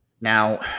Now